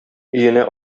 өенә